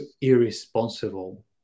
irresponsible